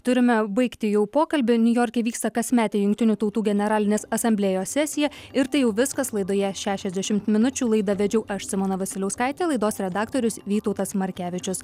turime baigti jau pokalbį niujorke vyksta kasmetė jungtinių tautų generalinės asamblėjos sesija ir tai jau viskas laidoje šešiasdešimt minučių laidą vedžiau aš simona vasiliauskaitė laidos redaktorius vytautas markevičius